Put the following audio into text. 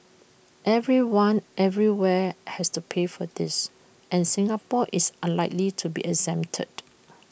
everyone everywhere has to pay for this and Singapore is unlikely to be exempted